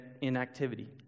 inactivity